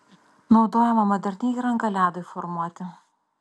naudojama moderni įranga ledui formuoti